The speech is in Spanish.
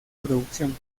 producción